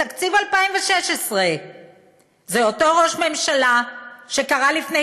בתקציב 2016. זה אותו ראש ממשלה שקרא לפני